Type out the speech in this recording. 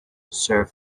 serve